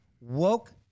woke